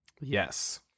Yes